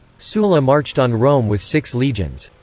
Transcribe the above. sulla marched on rome with six legions.